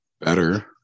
Better